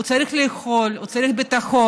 הוא צריך לאכול, הוא צריך ביטחון,